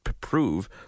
prove